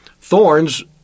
thorns